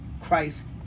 Christ